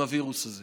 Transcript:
הווירוס הזה.